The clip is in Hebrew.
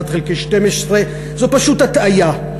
1 חלקי 12. זו פשוט הטעיה.